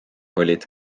olid